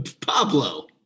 Pablo